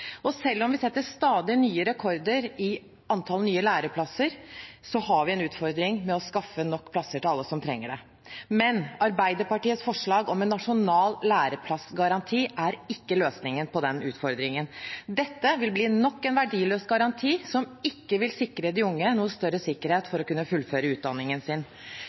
Selv om vi setter stadig nye rekorder i antallet læreplasser, har vi en utfordring med å skaffe nok plasser til alle som trenger det. Men Arbeiderpartiets forslag om en nasjonal læreplassgaranti er ikke løsningen på den utfordringen. Dette vil bli nok en verdiløs garanti som ikke vil gi de unge større sikkerhet for å kunne fullføre utdanningen sin.